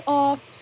off